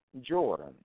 Jordan